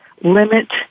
limit